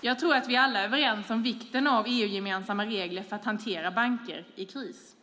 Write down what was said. Jag tror att vi alla är överens om vikten av EU-gemensamma regler för att hantera banker i kris.